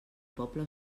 poble